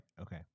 Okay